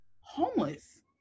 homeless